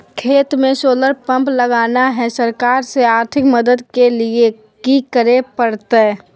खेत में solar pump लगाना है, सरकार से आर्थिक मदद के लिए की करे परतय?